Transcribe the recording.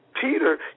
Peter